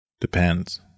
Depends